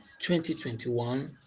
2021